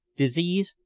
disease,